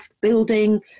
building